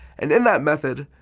and in that method,